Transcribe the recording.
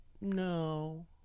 No